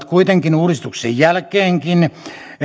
kuitenkin uudistuksen jälkeenkin